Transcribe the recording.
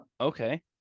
Okay